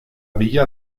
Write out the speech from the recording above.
villa